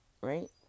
Right